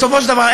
בסופו של דבר,